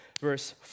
verse